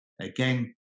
again